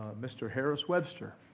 mr. harris-webster